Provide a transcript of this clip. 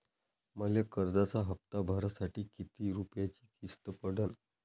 मले कर्जाचा हप्ता भरासाठी किती रूपयाची किस्त पडन?